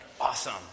Awesome